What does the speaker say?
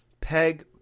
Peg